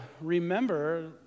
remember